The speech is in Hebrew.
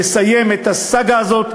שצריך לסיים את הסאגה הזאת,